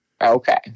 Okay